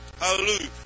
Hallelujah